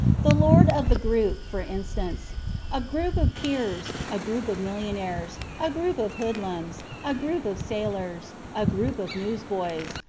the lord of the group, for instance a group of peers, a group of millionaires, a group of hoodlums, a group of sailors, a group of newsboys,